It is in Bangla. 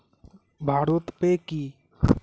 ভারত পে কি?